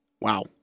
Wow